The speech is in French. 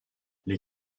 les